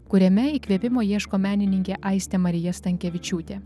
kuriame įkvėpimo ieško menininkė aistė marija stankevičiūtė